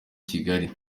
kigali